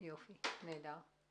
נהדר.